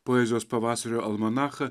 poezijos pavasario almanachą